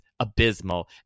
Abysmal